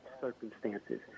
circumstances